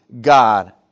God